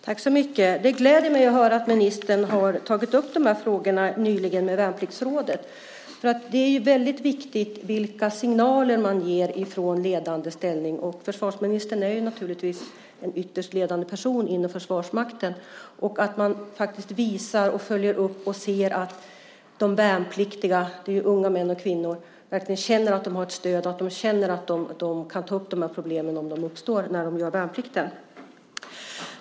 Herr talman! Det gläder mig att höra att ministern nyligen har tagit upp dessa frågor med Värnpliktsrådet. Det är väldigt viktigt vilka signaler man ger från ledande ställning - och försvarsministern är naturligtvis en ytterst ledande person inom Försvarsmakten - och att man faktiskt visar, följer upp och ser att de värnpliktiga, unga män och kvinnor, verkligen känner att de har ett stöd och känner att de kan ta upp dessa problem om de uppstår när de gör värnplikten.